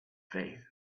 faith